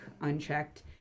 unchecked